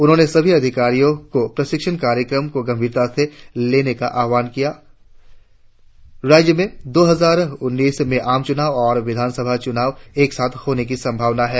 उन्होंने सभी अधिकारियों को प्रशिक्षण कार्यक्रम को गंभीरता से लेने का आह्वान किया राज्यों में दो हजार उन्नीस के आम चूनाव और विधानसभा चूनाव होने की संभावना है